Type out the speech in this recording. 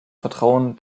vertrauen